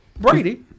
Brady